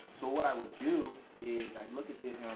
so what i would do is i'd look at this, and um